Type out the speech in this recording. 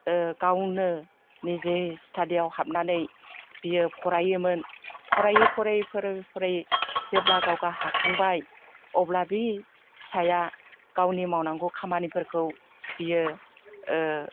गावनो निजे स्टाडियाव हाबनानै बियो फरायोमोन फरायै फरायै फरायै फरायै जेब्ला गावहा हाखांबाय अब्ला बि फिसाया गावनि मावनांगौ खामानिफोरखौ बियो